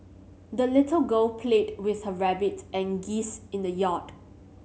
the little girl played with her rabbit and geese in the yard